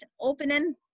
opening